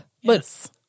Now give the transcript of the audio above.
Yes